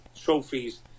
trophies